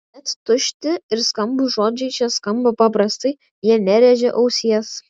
net tušti ir skambūs žodžiai čia skamba paprastai jie nerėžia ausies